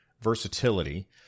versatility